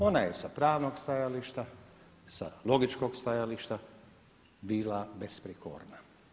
Ona je sa pravnog stajališta, sa logičkog stajališta bila besprijekorna.